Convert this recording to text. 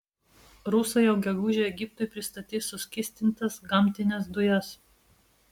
rusai jau gegužę egiptui pristatys suskystintas gamtines dujas